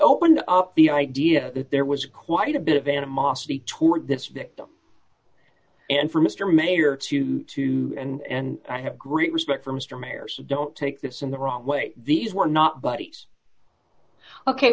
opened up the idea that there was quite a bit of animosity toward this victim and for mr mayor to to and i have great respect for mr mayor so don't take this in the wrong way these were not buddies ok